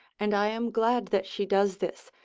and i am glad that she does this,